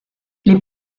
les